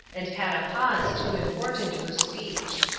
and had a pause too important for speech.